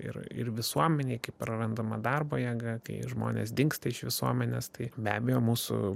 ir ir visuomenei kai prarandama darbo jėga kai žmonės dingsta iš visuomenės tai be abejo mūsų